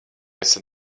esat